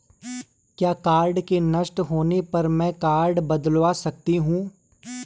क्या कार्ड के नष्ट होने पर में कार्ड बदलवा सकती हूँ?